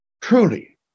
Truly